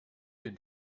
den